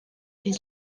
his